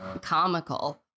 comical